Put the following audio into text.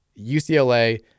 UCLA